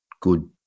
good